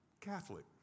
Catholic